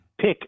Pick